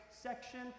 section